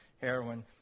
heroin